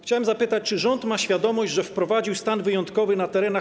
Chciałem zapytać, czy rząd ma świadomość, że wprowadził stan wyjątkowy na terenach